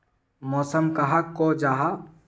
मौसम कहाक को जाहा?